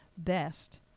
Best